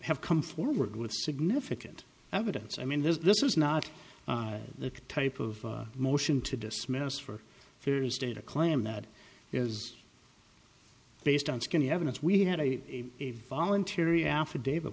have come forward with significant evidence i mean this is not the type of motion to dismiss for thursday to claim that is based on skin evidence we had a voluntary affidavit